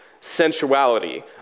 sensuality